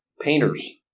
painters